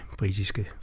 britiske